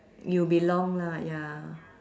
you'll be long lah ya